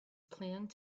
planned